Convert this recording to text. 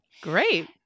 Great